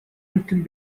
амьтан